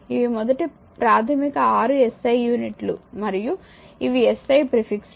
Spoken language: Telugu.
ఇవి మొదటి ప్రాథమిక 6 SI యూనిట్లు మరియు ఇవి SI ప్రిఫిక్స్ లు